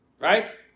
right